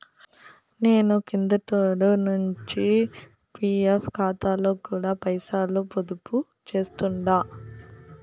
నేను కిందటేడు నించి పీఎఫ్ కాతాలో కూడా పైసలు పొదుపు చేస్తుండా